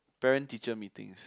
parent teacher meetings